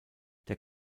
der